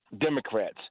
Democrats